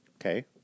Okay